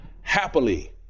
happily